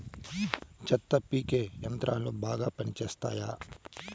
చెత్త పీకే యంత్రాలు బాగా పనిచేస్తాయా?